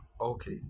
Okay